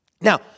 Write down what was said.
Now